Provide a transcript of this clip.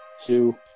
two